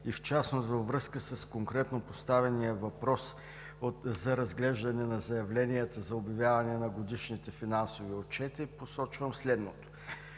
и в частност във връзка с конкретно поставения въпрос за разглеждане на заявленията за обявяване на годишните финансови отчети, посочвам следното: